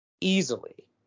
easily